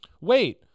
wait